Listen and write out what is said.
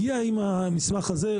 הגיע עם המסמך הזה,